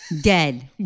dead